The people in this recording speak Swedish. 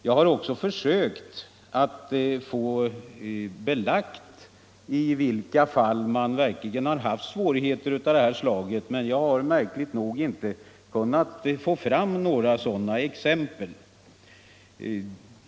Jag har också försökt att få belagt i vilka fall man verkligen har haft svårigheter av de slag utskottet åberopar men jag har märkligt nog inte kunnat få fram några sådana exempel.